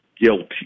guilty